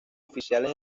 oficiales